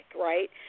right